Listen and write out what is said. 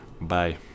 bye